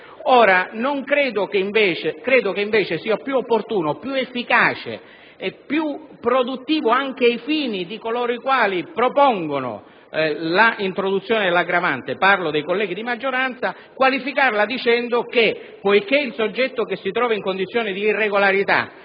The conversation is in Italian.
ulteriore. Credo che invece sia più opportuno, più efficace e più produttivo, anche ai fini di coloro i quali propongono l'introduzione dell'aggravante (parlo dei colleghi della maggioranza), qualificarla dicendo che, poiché il soggetto che si trova in condizione di irregolarità